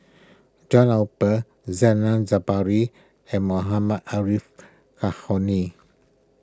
John Eber Zainal Sapari and Mohammad Arif